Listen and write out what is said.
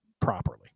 properly